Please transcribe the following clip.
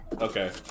Okay